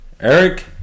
Eric